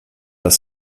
das